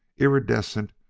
iridescent,